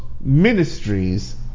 ministries